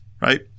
right